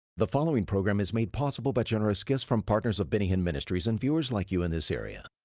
the following program is made possible by generous gifts from partners of benny hinn ministries and viewers like you in this area.